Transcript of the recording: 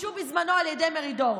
שהוגשו בזמנו על ידי מרידור.